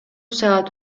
саат